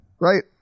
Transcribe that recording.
right